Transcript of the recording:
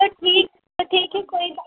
तो ठीक तो ठीक है कोई बात